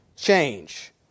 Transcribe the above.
change